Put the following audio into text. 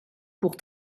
pour